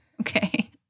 Okay